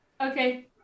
Okay